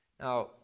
Now